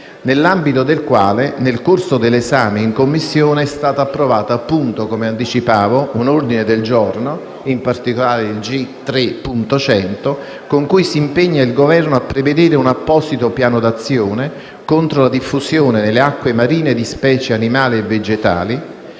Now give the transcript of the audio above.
nell'ambito del quale, nel corso dell'esame in Commissione, è stata approvato, come anticipavo, un ordine del giorno, in particolare l'ordine del giorno G3.100, con cui si impegna il Governo a prevedere un apposito piano d'azione contro la diffusione nelle acque marine di specie animali e vegetali